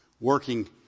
working